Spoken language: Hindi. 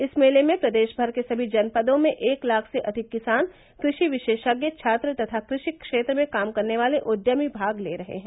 इस मेले में प्रदेशमर के सभी जनपदों में एक लाख से अधिक किसान कृषि विशेषज्ञ छात्र तथा कृषि क्षेत्र में काम करने वाले उद्यमी भाग ले रहे हैं